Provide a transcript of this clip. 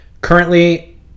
currently